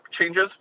changes